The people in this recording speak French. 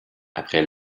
après